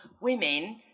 women